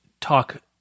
talk